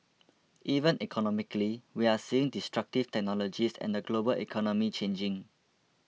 even economically we're seeing destructive technologies and the global economy changing